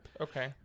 Okay